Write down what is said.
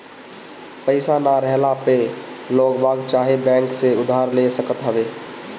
पईसा ना रहला पअ लोगबाग चाहे बैंक से उधार ले सकत हवअ